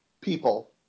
people